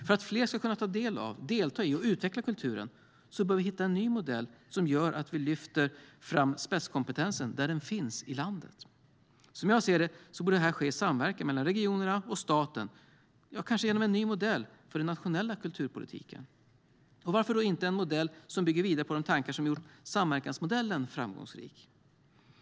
För att fler ska kunna ta del av, delta i och utveckla kulturen bör vi hitta en ny modell som gör att vi lyfter fram spetskompetensen där den finns i landet. Som jag ser det borde det ske i samverkan mellan regionerna och staten, kanske genom en ny modell för den nationella kulturpolitiken. Varför då inte en modell som bygger vidare på de tankar som har gjort samverkansmodellen framgångsrik?